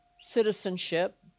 citizenship